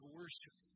worship